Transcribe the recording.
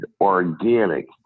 organic